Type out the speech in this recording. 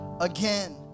again